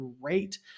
great